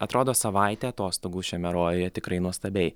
atrodo savaitė atostogų šiame rojuje tikrai nuostabiai